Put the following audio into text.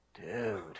dude